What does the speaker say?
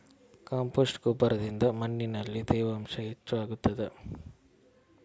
Compost ಗೊಬ್ಬರದಿಂದ ಮಣ್ಣಿನಲ್ಲಿ ತೇವಾಂಶ ಹೆಚ್ಚು ಆಗುತ್ತದಾ?